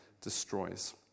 destroys